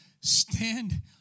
stand